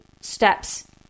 steps